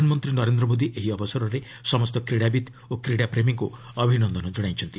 ପ୍ରଧାନମନ୍ତ୍ରୀ ନରେନ୍ଦ୍ର ମୋଦି ଏହି ଅବସରରେ ସମସ୍ତ କ୍ରୀଡ଼ାବିତ୍ ଓ କ୍ରୀଡ଼ାପ୍ରେମୀଙ୍କୁ ଅଭିନନ୍ଦନ କଣାଇଛନ୍ତି